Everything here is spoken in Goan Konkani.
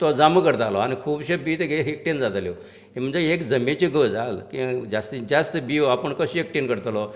तो जमा करतालो आनी खुबश्यो बी तेगेल्यो एकटेन जाताल्यो म्हणजे एक जमेची जास्तीन की जास्त बियो आपूण कशें एकटेन करतलो